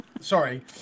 Sorry